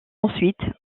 ensuite